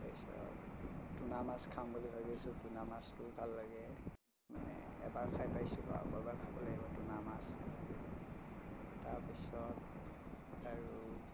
তাৰপিছত তুনা মাছ খাম বুলি ভাবি আছো তুনা মাছটোও ভাল লাগে মানে এবাৰ খাই পাইছোঁ বাৰু আকৌ এবাৰ খাব লাগিব তুনা মাছ তাৰপিছত আৰু